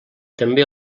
també